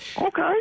Okay